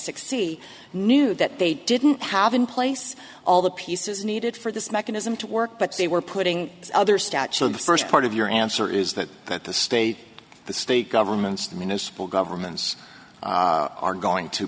six c knew that they didn't have in place all the pieces needed for this mechanism to work but they were putting other stats so the first part of your answer is that that the state the state governments the municipal governments are going to